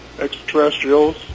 extraterrestrials